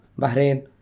Bahrain